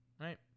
right